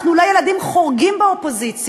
אנחנו אולי ילדים חורגים באופוזיציה,